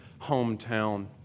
hometown